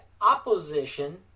opposition